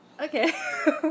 Okay